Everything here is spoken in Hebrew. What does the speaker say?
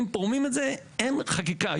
ואם פורמים את זה, אין חקיקה.